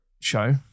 show